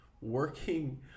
working